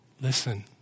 listen